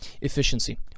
Efficiency